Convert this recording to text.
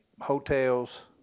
hotels